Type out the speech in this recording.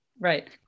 Right